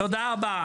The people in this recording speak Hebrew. תודה רבה.